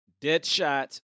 Deadshot